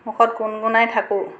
মুখত গুণগুণাই থাকো